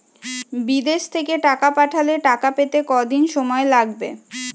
বিদেশ থেকে টাকা পাঠালে টাকা পেতে কদিন সময় লাগবে?